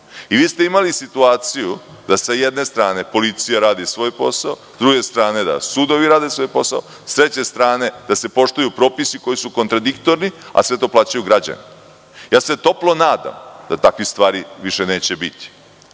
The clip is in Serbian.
Vi ste imali situaciju da, sa jedne strane, policija radi svoj posao, sa druge strane, sudovi rade svoj posao, sa treće strane, poštuju se propisi koji su kontradiktorni, a sve to plaćaju građani. Toplo se nadam da takvih stvari više neće biti. Sa